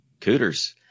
Cooters